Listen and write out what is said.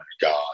god